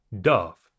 dove